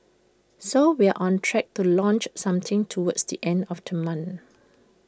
so we are on track to launch sometime towards the end of the month